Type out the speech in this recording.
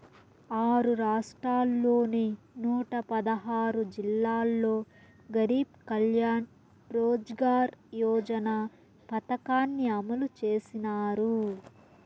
ఆరు రాష్ట్రాల్లోని నూట పదహారు జిల్లాల్లో గరీబ్ కళ్యాణ్ రోజ్గార్ యోజన పథకాన్ని అమలు చేసినారు